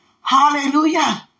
hallelujah